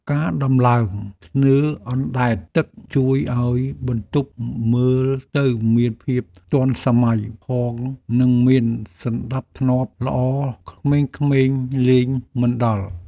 ការដំឡើងធ្នើរអណ្តែតទឹកជួយឱ្យបន្ទប់មើលទៅមានភាពទាន់សម័យផងនិងមានសណ្តាប់ធ្នាប់ល្អក្មេងៗលេងមិនដល់។